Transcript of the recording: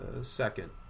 Second